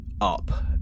up